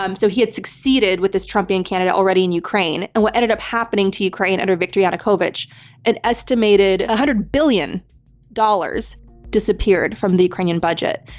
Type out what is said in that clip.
um so he had succeeded with this trumpian candidate already in ukraine. and what ended up happening to ukraine under viktor yanukovych an estimated one ah hundred billion dollars disappeared from the ukrainian budget.